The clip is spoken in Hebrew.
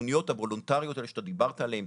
התוכניות הוולונטריות האלה שאתה דיברת עליהם,